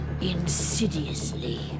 Insidiously